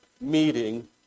meeting